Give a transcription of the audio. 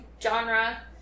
genre